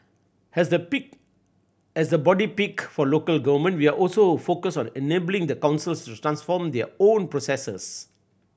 as the peak as the body peak for local government we're also focused on enabling the councils to transform their own processes